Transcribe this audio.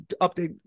update